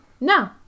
No